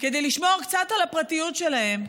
כדי לשמור קצת על הפרטיות שלהם,